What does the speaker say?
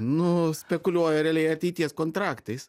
nu spekuliuoja realiai ateities kontraktais